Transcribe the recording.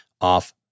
off